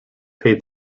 paid